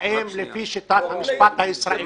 האם לפי שיטת המשפט הישראלי